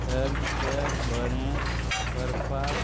health care बरें करपाक